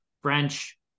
French